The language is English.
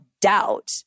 doubt